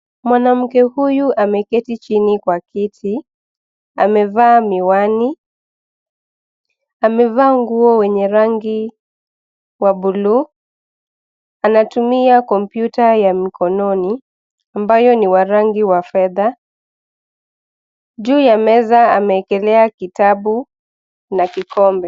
Mwanamke huyu ameketi chini kwa kiti. Amevaa miwani, amevaa nguo wenye rangi, wa buluu, anatumia kompyuta ya mkononi, ambayo ni wa rangi wa fedha. Juu ya meza ameekelea kitabu, na kikombe.